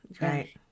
Right